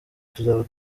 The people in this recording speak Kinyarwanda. tuzaba